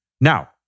Now